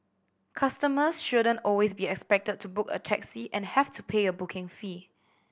customers shouldn't always be expected to book a taxi and have to pay a booking fee